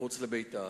מחוץ לביתה.